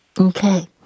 Okay